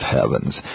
heavens